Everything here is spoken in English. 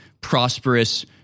prosperous